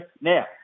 Now